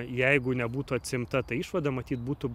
jeigu nebūtų atsiimta ta išvada matyt būtų